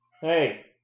Hey